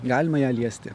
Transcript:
galima ją liesti